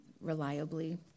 reliably